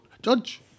judge